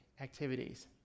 activities